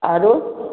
आओर